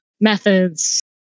methods